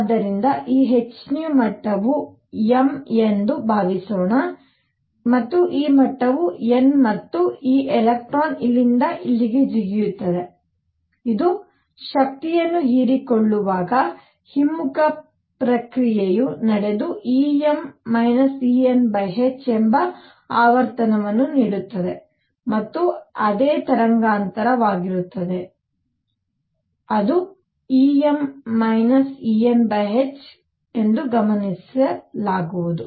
ಆದ್ದರಿಂದ ಈ h ಮಟ್ಟವು m ಎಂದು ಭಾವಿಸೋಣ ಈ ಮಟ್ಟವು n ಮತ್ತು ಈ ಎಲೆಕ್ಟ್ರಾನ್ ಇಲ್ಲಿಂದ ಇಲ್ಲಿಗೆ ಜಿಗಿಯುತ್ತದೆ ಇದು ಶಕ್ತಿಯನ್ನು ಹೀರಿಕೊಳ್ಳುವಾಗ ಹಿಮ್ಮುಖ ಪ್ರಕ್ರಿಯೆಯು ನಡೆದು Em Enh ಎಂಬ ಆವರ್ತನವನ್ನು ನೀಡುತ್ತದೆ ಮತ್ತು ಅದೇ ತರಂಗಾಂತರವಾಗಿರುತ್ತದೆ ಅನ್ನು Em Enhಗಮನಿಸಲಾಗುವುದು